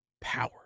power